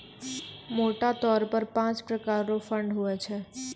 मोटा तौर पर पाँच प्रकार रो फंड हुवै छै